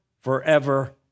forever